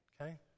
Okay